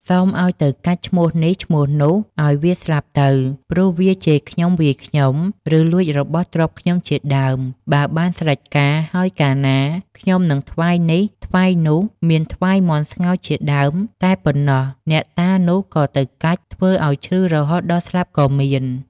សូមឲ្យទៅកាច់ឈ្មោះនេះ ឈ្មោះនោះឲ្យវាស្លាប់ទៅ ព្រោះវាជេរខ្ញុំ-វាយខ្ញុំ ឬលួចរបស់ទ្រព្យខ្ញុំជាដើម បើបានស្រេចការហើយកាលណា ខ្ញុំនឹងថ្វាយនេះថ្វាយនោះ មានថ្វាយមាន់ស្ងោរជាដើម តែប៉ុណ្ណោះ អ្នកតានោះក៏ទៅកាច់ ធ្វើឲ្យឈឺរហូតដល់ស្លាប់ក៏មាន ។